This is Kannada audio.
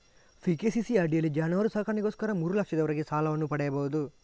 ಪಿ.ಕೆ.ಸಿ.ಸಿ ಅಡಿಯಲ್ಲಿ ಜಾನುವಾರು ಸಾಕಣೆಗೋಸ್ಕರ ಮೂರು ಲಕ್ಷದವರೆಗೆ ಸಾಲವನ್ನು ಪಡೆಯಬಹುದು